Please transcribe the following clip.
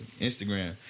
Instagram